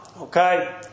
Okay